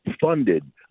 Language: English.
funded